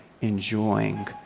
enjoying